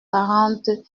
quarante